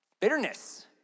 Bitterness